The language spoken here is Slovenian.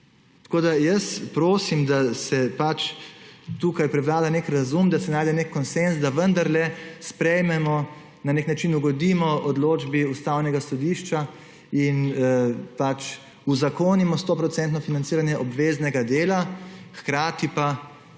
program. Jaz prosim, da tukaj prevlada nek razum, da se najde nek konsenz, da vendarle sprejmemo, na nek način ugodimo odločbi Ustavnega sodišča in uzakonimo 100 % financiranje obveznega dela, hkrati pa